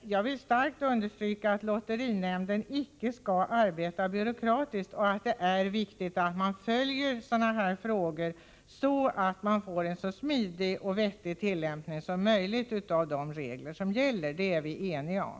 Jag vill starkt understryka att lotterinämnden inte skall arbeta byråkratiskt. Det är viktigt att följa dessa frågor och se till att det blir en så smidig och vettig tillämpning som möjligt av de regler som gäller. Det är vi ense om.